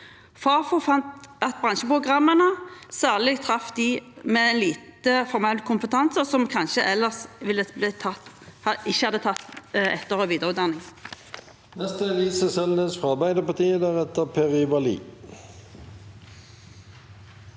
Fafo fant at bransjeprogrammene særlig traff dem med lite formell kompetanse, som kanskje ellers ikke hadde tatt etter- og videreutdanning.